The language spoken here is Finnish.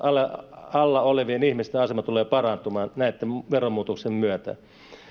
alla olevien ihmisten asema tulee parantumaan näiden veromuutoksien myötä